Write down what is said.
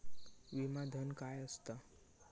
विमा धन काय असता?